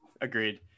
agreed